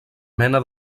mena